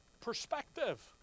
perspective